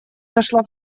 зашла